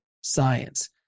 science